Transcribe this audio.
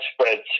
spreads